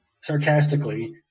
Sarcastically